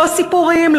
לא סיפורים,